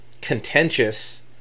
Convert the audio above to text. contentious